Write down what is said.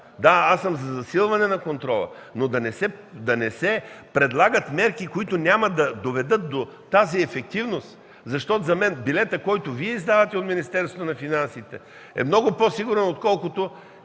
Да, аз съм за засилване на контрола, но да не се предлагат мерки, които няма да доведат до тази ефективност. За мен билетът, който Вие издавате от Министерството на финансите, е много по-сигурен, отколкото